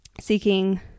seeking